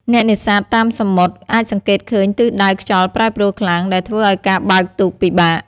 អ្នកនេសាទតាមសមុទ្រអាចសង្កេតឃើញទិសដៅខ្យល់ប្រែប្រួលខ្លាំង ដែលធ្វើឱ្យការបើកទូកពិបាក។